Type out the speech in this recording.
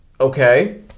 okay